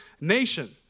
nation